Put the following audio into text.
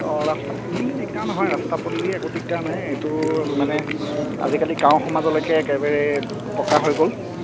অঁ ৰাস্তা পদূলি দিগদাৰ নহয় ৰাস্তা পদূলি একো দিগদাৰ নাই এইটো মানে আজিকালি গাওঁ সমাজলৈকে একেবাৰে পকা হৈ গ'ল